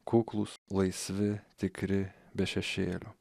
kuklūs laisvi tikri be šešėlio